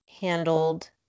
handled